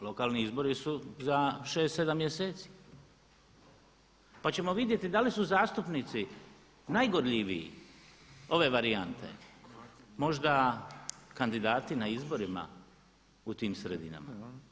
Lokalni izbori su za 6, 7 mjeseci, pa ćemo vidjeti da li su zastupnici najgorljiviji ove varijante, možda kandidati na izborima u tim sredinama.